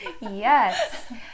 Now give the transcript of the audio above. Yes